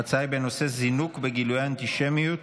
ההצעה היא בנושא: זינוק בגילויי האנטישמיות